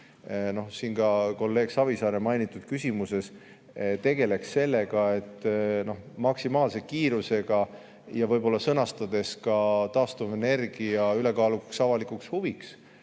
siin ka kolleeg Savisaare mainitud küsimuses, tegeleks sellega, et maksimaalse kiirusega ja sõnastades ka taastuvenergia ülekaalukaks avalikuks huviks